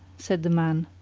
said the man.